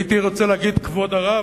הייתי רוצה להגיד "כבוד הרב",